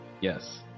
Yes